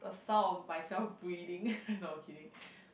the sound of myself breathing no I'm kidding